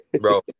Bro